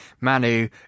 Manu